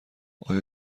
آیا